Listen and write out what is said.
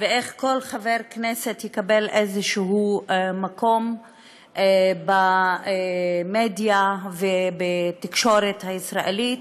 ואיך כל חבר כנסת יקבל איזשהו מקום במדיה ובתקשורת הישראלית.